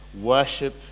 Worship